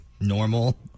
Normal